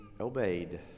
obeyed